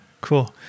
cool